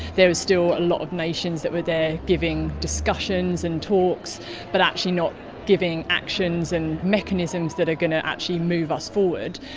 there were still a lot of nations that were there giving discussions and talks but actually not giving actions and mechanisms that are going to actually move us forward.